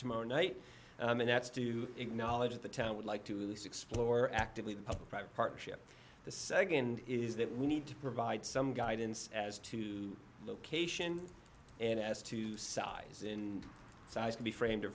tomorrow night and that's to acknowledge the town would like to explore actively public private partnership the nd is that we need to provide some guidance as to location and as to size in size to be framed a